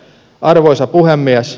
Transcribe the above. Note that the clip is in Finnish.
arvoisa puhemies